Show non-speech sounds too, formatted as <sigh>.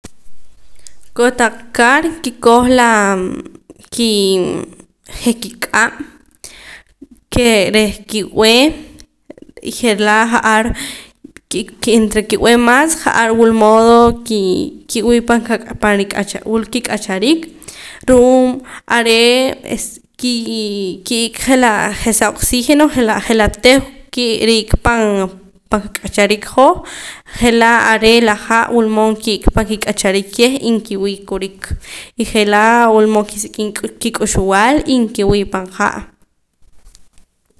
Kotaq kar kikoj la kii <hesitation> je' kiq'ab' ke reh ki'b'ee y je'laa ja'ar ke entre ki'b'ee mas ja'ar wulmodo ki <unintelligible> wula ki k'achariik ru'uum are' es ki ki'ika je'la sa oxigeno je'la je'la teew ki rik'aa pan pan qak'achariik hoj je'lar are' la ha' wulmood ki'ik'a pan kik'achariik keh y nkiwii' kurik y je'laa wulmood kisik'im kik'uxb'al y nkiwii' pan ha'